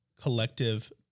collective